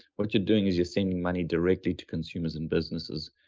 what you're doing is you're saving money directly to consumers and businesses.